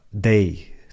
day